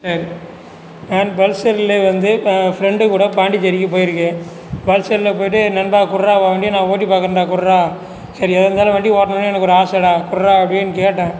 நான் பல்ஸரில் வந்து ஃப்ரெண்டு கூட பாண்டிச்சேரிக்கு போயிருக்கேன் பல்ஸரில் போயிட்டு நண்பா கொடுறா உன் வண்டியை நான் ஓட்டி பார்க்குறேன்டா கொடுறா சரி எதாக இருந்தாலும் வண்டி ஓட்டணும்னு எனக்கு ஒரு ஆசைடா கொடுறா அப்படின்னு கேட்டேன்